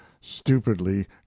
stupidly